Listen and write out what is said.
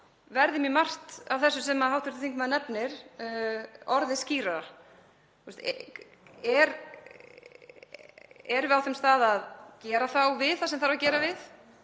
verði mjög margt af þessu sem hv. þingmaður nefnir orðið skýrara: Erum við á þeim stað að gera við það sem þarf að gera við?